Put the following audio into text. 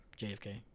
JFK